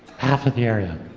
half of the area,